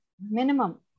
Minimum